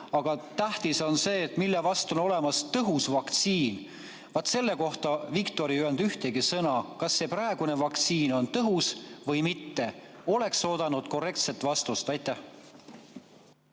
Aga tähtis on see, mille vastu on olemas tõhus vaktsiin. Vaat selle kohta Viktor ei öelnud ühtegi sõna, kas see praegune vaktsiin on tõhus või mitte. Oleks oodanud korrektset vastust. Aitäh!